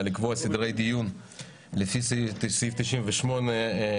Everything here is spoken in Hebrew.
לקבוע סדרי דיון לפי סעיף 98 לחוק.